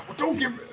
don't give